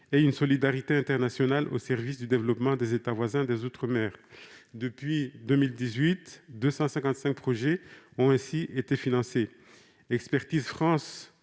et une solidarité internationale au service du développement des États voisins des outre-mer. Depuis 2018, ce sont 255 projets qui ont été financés. Aujourd'hui, Expertise France